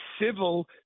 civil